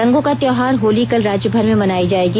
रंगों का त्यौहार होली कल राज्यभर में मनायी जाएगी